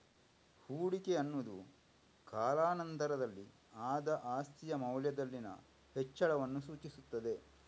ಹೂಡಿಕೆ ಅನ್ನುದು ಕಾಲಾ ನಂತರದಲ್ಲಿ ಆದ ಆಸ್ತಿಯ ಮೌಲ್ಯದಲ್ಲಿನ ಹೆಚ್ಚಳವನ್ನ ಸೂಚಿಸ್ತದೆ